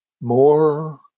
more